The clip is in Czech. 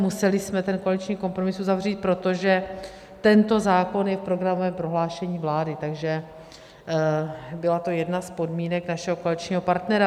Museli jsme ten koaliční kompromis uzavřít, protože tento zákon je v programovém prohlášení vlády, takže to byla jedna z podmínek našeho koaličního partnera.